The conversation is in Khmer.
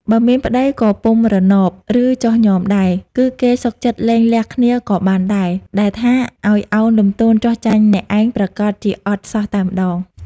បើមានប្តីក៏ពុំរណប ឬចុះញ៉មដែរ គឺគេសុខចិត្តលែងលះគ្នាដ៏បានដែរ ដែលថាឱ្យឱនលំទោនចុះចាញ់អ្នកឯងប្រាកដជាអត់សោះតែម្តង។